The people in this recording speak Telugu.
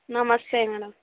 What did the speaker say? నమస్తే మ్యాడమ్